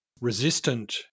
resistant